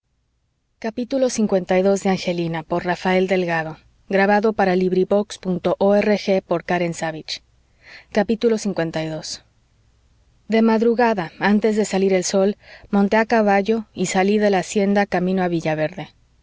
angelina lii de madrugada antes de salir el sol monté a caballo y salí de la hacienda camino de villaverde